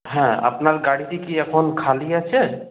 হ্যাঁ আপনার গাড়িতে কি এখন খালি আছে